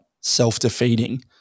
self-defeating